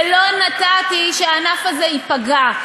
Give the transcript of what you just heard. ולא נתתי שהענף הזה ייפגע.